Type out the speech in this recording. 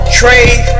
trade